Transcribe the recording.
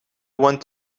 want